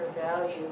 value